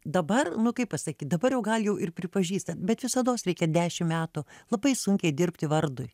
dabar nu kaip pasakyt dabar jau gal ir pripažįsta bet visados reikia dešim metų labai sunkiai dirbti vardui